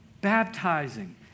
baptizing